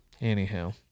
anyhow